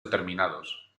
determinados